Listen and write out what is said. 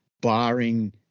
barring